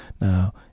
now